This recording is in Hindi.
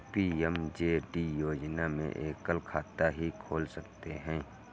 पी.एम.जे.डी योजना में एकल खाता ही खोल सकते है